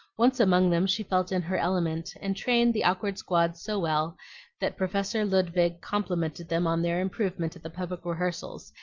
once among them she felt in her element, and trained the awkward squad so well that professor ludwig complimented them on their improvement at the public rehearsals,